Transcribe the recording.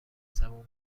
زبون